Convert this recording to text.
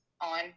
on